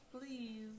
please